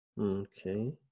Okay